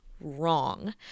wrong